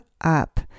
up